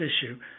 issue